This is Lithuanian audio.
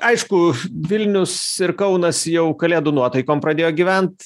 aišku vilnius ir kaunas jau kalėdų nuotaikom pradėjo gyvent